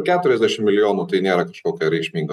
keturiasdešim milijonų tai nėra kažkokia reikšminga